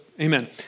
amen